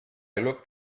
looked